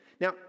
Now